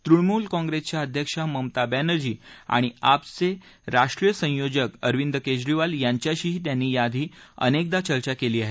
तृणमूल काँगेसच्या अध्यक्ष ममता बॅनर्जी आणि आपचे राष्ट्रीय संयोजक अरविंद केजरीवाल यांच्याशीही त्यांनी याआधी अनेकदा चर्चा केली आहे